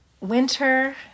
winter